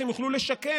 כדי שהם יוכלו לשקם,